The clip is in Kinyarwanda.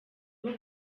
rwo